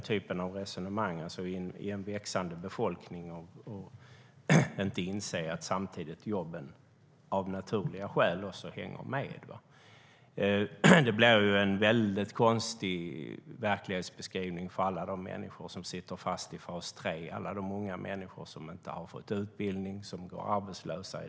Med en växande befolkning måste man inse att jobben av naturliga skäl hänger med. Det blir en väldigt konstigt verklighetsbeskrivning för alla de människor som sitter fast i fas 3 och alla de många människor som inte har fått utbildning och i dag går arbetslösa.